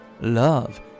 love